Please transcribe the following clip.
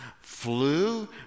flew